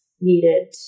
needed